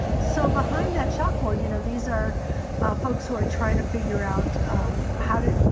so behind that chalkboard, you know, these are folks who are trying to figure out um how to,